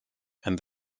and